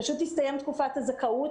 פשוט תסתיים תקופת הזכאות,